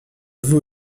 vous